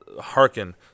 hearken